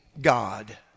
God